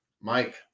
Mike